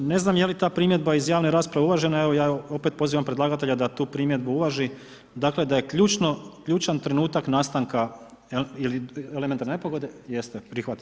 Ne znam je li ta primjedba iz javne rasprave uvažena, evo ja opet pozivam predlagatelja da tu primjedbu uvaži, dakle da je ključan trenutak nastanka elementarne nepogode, jeste, prihvati.